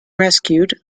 rescued